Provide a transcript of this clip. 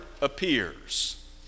appears